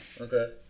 okay